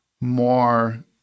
more